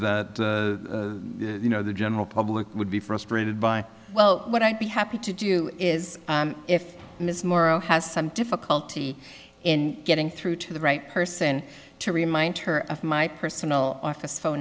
that you know the general public would be frustrated by well what i'd be happy to do is if this moral has some difficulty in getting through to the right person to remind her of my personal office phone